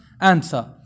answer